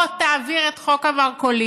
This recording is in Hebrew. או תעביר את חוק המרכולים